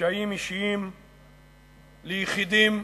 קשיים ליחידים,